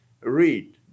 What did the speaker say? read